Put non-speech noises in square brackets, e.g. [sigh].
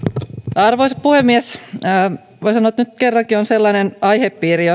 arvoisa puhemies voi sanoa että nyt kerrankin on sellainen aihepiiri [unintelligible]